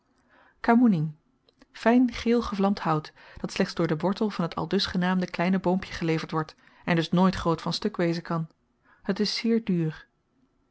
kamoening fyn geel gevlamd hout dat slechts door den wortel van t aldus genaamde kleine boompje geleverd wordt en dus nooit groot van stuk wezen kan het is zeer duur